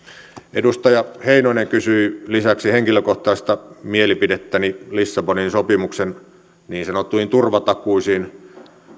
edustaja heinonen kysyi lisäksi henkilökohtaista mielipidettäni lissabonin sopimuksen niin sanottuihin turvatakuisiin